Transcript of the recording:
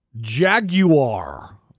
Jaguar